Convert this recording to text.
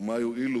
ומה יועילו